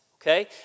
okay